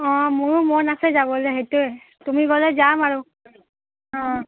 অঁ মোৰো মন আছে যাবলৈ সেইটোৱে তুমি গ'লে যাম আৰু অঁ